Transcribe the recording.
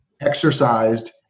exercised